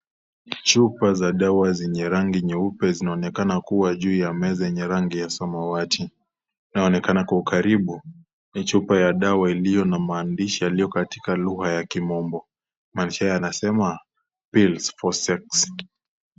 Chupa za dawa zenye rangi nyeupe zinaonekana kuwa juu ya meza yenye rangi ya samawati. Inayoonekana kwa ukaribu, ni chupa ya dawa iliyo na maandishi yaliyo katika lugha ya kimombo. Maandishi hayo yanasema, pills for sex .